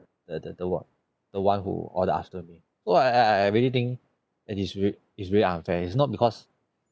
the the the one the one who order after me so I I I really think that it's real it's really unfair it's not because